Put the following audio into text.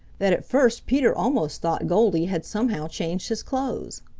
that at first peter almost thought goldy had somehow changed his clothes.